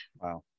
Wow